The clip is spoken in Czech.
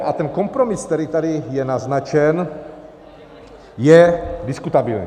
A ten kompromis, který tady je naznačen, je diskutabilní.